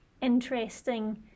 interesting